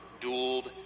dueled